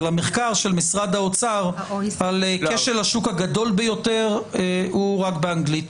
אבל מחקר של משרד האוצר על כשל השוק הגדול ביותר הוא רק באנגלית.